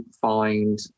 find